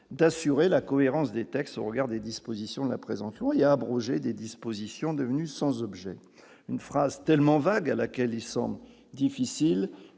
d'assurer la cohérence des textes au regard des dispositions de la présente il y a abrogé des dispositions devenues sans objet, une phrase tellement vague à laquelle il semble difficile